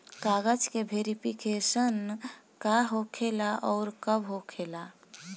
कागज के वेरिफिकेशन का हो खेला आउर कब होखेला?